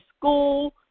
school